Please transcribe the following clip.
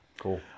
cool